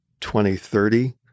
2030